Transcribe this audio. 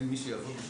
אין מי שיעבוד בשבת.